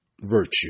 virtue